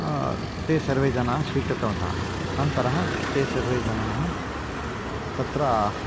ते सर्वे जनाः स्वीकृतवन्तः अनन्तरं ते सर्वे जनाः तत्र